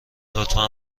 لطفا